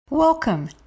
welcome